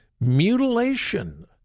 mutilation